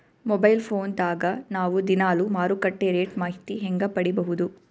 Mobile phone ದಾಗ ನಾವು ದಿನಾಲು ಮಾರುಕಟ್ಟೆ ರೇಟ್ ಮಾಹಿತಿ ಹೆಂಗ ಪಡಿಬಹುದು?